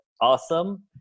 Awesome